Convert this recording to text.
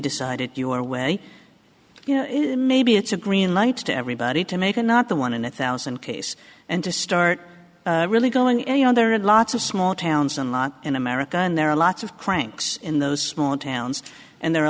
decided your way you know maybe it's a green light to everybody to make a not the one in a thousand case and to start really going on there are lots of small towns and in america and there are lots of cranks in those small towns and there are